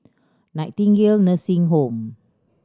Nightingale Nursing Home